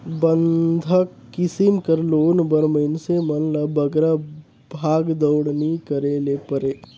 बंधक किसिम कर लोन बर मइनसे मन ल बगरा भागदउड़ नी करे ले परे